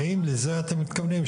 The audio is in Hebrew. האם לזה אתם מתכוונים,